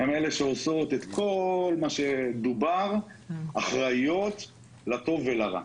הן אלה שעושות את כל מה שדובר, אחראיות לטוב ולרע.